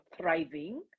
thriving